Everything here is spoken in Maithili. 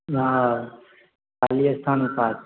उहाँ काली स्थानके पास